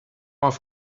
off